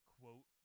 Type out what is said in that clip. Quote